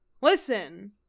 listen